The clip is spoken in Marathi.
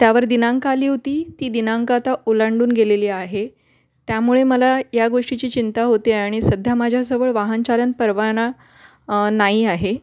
त्यावर दिनांक आली होती ती दिनांक आता ओलांडून गेलेली आहे त्यामुळे मला या गोष्टीची चिंता होते आणि सध्या माझ्याजवळ वाहनचालन परवाना नाही आहे